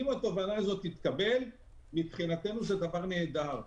אם התובענה הזאת תתקבל, מבחינתנו זה דבר נהדר.